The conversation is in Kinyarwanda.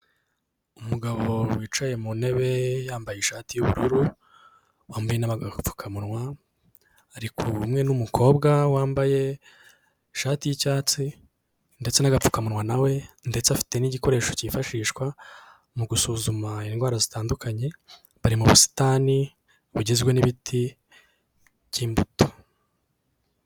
Umugabo wicaye mu ntebe yambaye ishati y'ubururu, wambaye n'agapfukamunwa arikumwe n'umukobwa wambaye ishati y'icyatsi ndetse n'agapfukamunwa nawe ndetse afite n'igikoresho cyifashishwa mu gusuzuma indwara zitandukanye, bari mu busitani bugizwe n'ibiti by'imbuto.